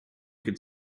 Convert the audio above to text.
could